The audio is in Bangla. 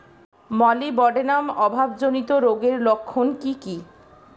মলিবডেনাম অভাবজনিত রোগের লক্ষণ কি কি?